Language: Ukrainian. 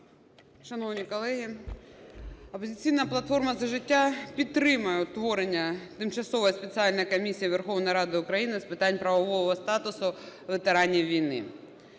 Шановні колеги, "Опозиційна платформа – За життя" підтримує утворення Тимчасової спеціальної комісії Верховної Ради України з питань правового статусу ветеранів війни.